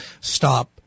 stop